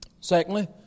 Secondly